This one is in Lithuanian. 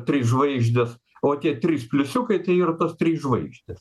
trys žvaigždės o tie trys pliusiukai tai yra tos trys žvaigždės